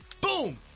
boom